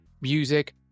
music